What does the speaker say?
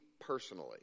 personally